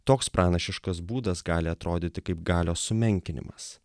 toks pranašiškas būdas gali atrodyti kaip galios sumenkinimas